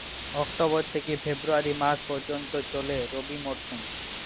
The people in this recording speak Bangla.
অক্টোবর থেকে ফেব্রুয়ারি মাস পর্যন্ত চলে রবি মরসুম